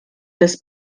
das